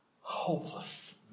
hopeless